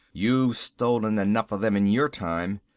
you've stolen enough of them in your time.